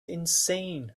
insane